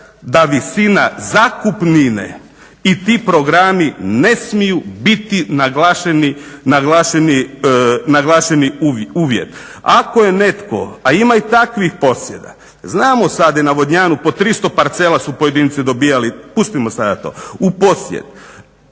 da visina zakupnine i ti programi ne smiju biti naglašeni, naglašeni uvijek. Ako je netko, a ima i takvih posjeda, znamo sad i na Vodnjanu po 300 parcela su pojedinci dobivali, pustimo sada to u posjed.